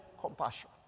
compassion